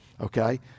okay